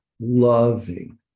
loving